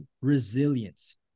resilience